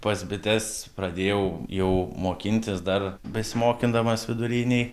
pas bites pradėjau jau mokintis dar besimokindamas vidurinėj